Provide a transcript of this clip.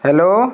hello